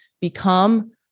become